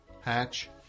Hatch